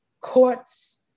courts